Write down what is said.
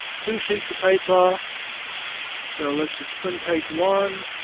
two sheets of paper so let's just print page one